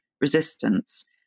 Resistance